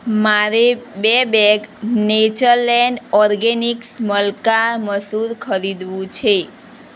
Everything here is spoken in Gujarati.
મારે બેગ નેચરલેન્ડ ઓર્ગેનિક્સ મલકા મસૂર ખરીદવું છે